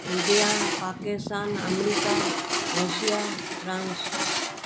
India Pakistan America Russia France